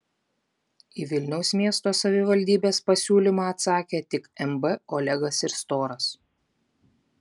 į vilniaus miesto savivaldybės pasiūlymą atsakė tik mb olegas ir storas